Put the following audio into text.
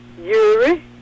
Yuri